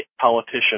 politician